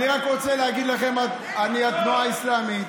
אני רק רוצה להגיד לכם, התנועה האסלאמית.